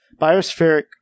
biospheric